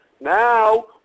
Now